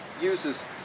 uses